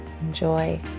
Enjoy